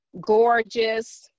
gorgeous